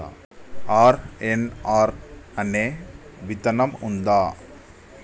RNR అనే విత్తనం ఉందా?